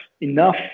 enough